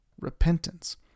repentance